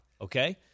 Okay